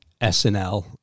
SNL